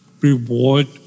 reward